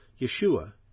yeshua